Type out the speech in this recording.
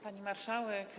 Pani Marszałek!